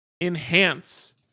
enhance